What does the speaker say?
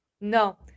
no